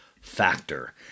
Factor